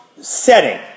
setting